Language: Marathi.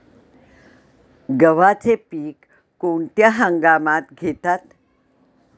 गव्हाचे पीक कोणत्या हंगामात घेतात?